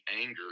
anger